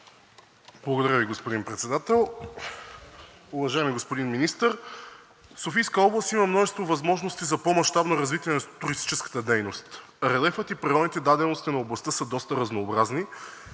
Благодаря Ви, господин Председател. Уважаеми господин Министър, в Софийска област има множество възможности за по-мащабно развитие на туристическата дейност. Релефът и природните дадености на областта са доста разнообразни,